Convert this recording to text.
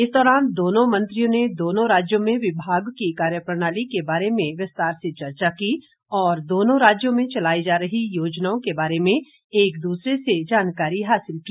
इस दौरान दोनों मंत्रियों ने दोनों राज्य में विभाग की कार्य प्रणाली के बारे में विस्तार से चर्चा की और दोनों राज्यों में चलाई जा रही योजनाओं के बारे में एक दूसरे से जानकारी हासिल की